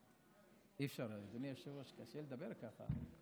אדוני היושב-ראש, קשה לדבר ככה.